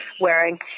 wearing